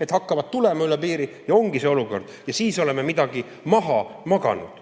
et hakkavad tulema üle piiri. Ja ongi see olukord. Ja siis oleme midagi maha maganud.